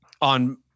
on